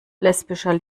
lesbischer